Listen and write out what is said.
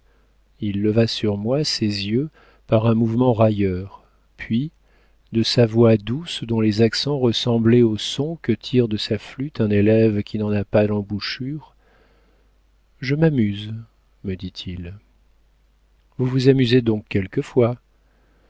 il leva sur moi ses yeux par un mouvement railleur puis de sa voix douce dont les accents ressemblaient aux sons que tire de sa flûte un élève qui n'en a pas l'embouchure je m'amuse me dit-il vous vous amusez donc quelquefois